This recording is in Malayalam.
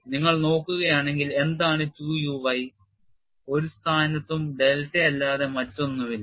നിങ്ങൾ നോക്കുകയാണെങ്കിൽ എന്താണ് 2 uy ഒരു സ്ഥാനത്തും ഡെൽറ്റയല്ലാതെ മറ്റൊന്നുമില്ല